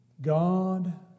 God